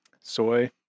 soy